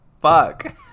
Fuck